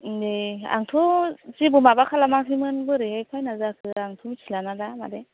दे आंथ' जेबो माबा खालामाखैमोन बोरै फाइना जाखो आंथ' मिथिलाना दा मादै